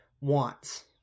wants